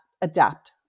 adapt